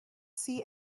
see